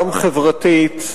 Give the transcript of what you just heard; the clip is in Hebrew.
גם חברתית,